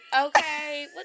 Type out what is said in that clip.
Okay